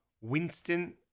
Winston